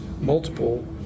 multiple